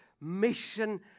mission